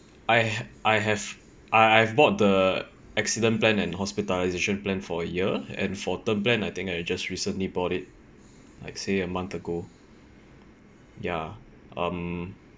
I I have I have bought the accident plan and hospitalisation plan for a year and for term plan I think I just recently bought it like say a month ago ya um